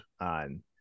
on